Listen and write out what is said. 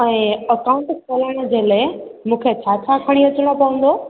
ऐं अकाउंट खोलाइण जे लाइ मूंखे छा छा खणी अचिणो पवंदो